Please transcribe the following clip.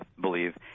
believe